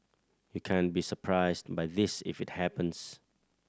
you can't be surprised by this if it happens